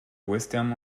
western